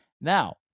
Now